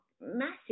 massive